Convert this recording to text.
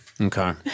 Okay